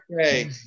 Okay